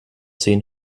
zehn